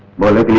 bhola.